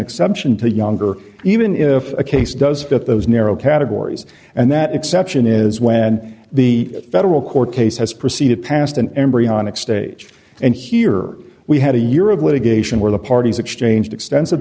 exception to the younger even if a case does get those narrow categories and that exception is when the federal court case has proceeded past an embryonic stage and here we had a year of litigation where the parties exchanged extensive